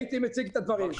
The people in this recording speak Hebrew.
הייתי מציג את הדברים.